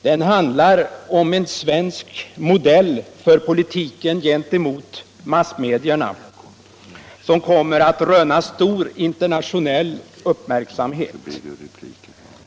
Den handlar om en svensk modell för politiken gentemot massmedierna, som kommer att röna stor internationell uppmärksamhet.